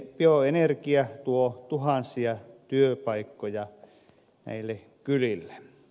bioenergia tuo tuhansia työpaikkoja näille kylille